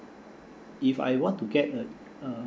if I want to get a uh